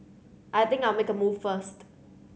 I think I'll make a move first